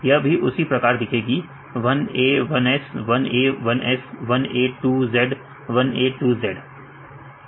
यह भी उसी प्रकार दिखेगी one a one s one a one s one a two z one a two z